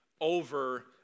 over